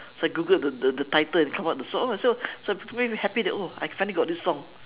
so I googled the the the title and come out the song oh I say so I'm really happy that oh I finally got this song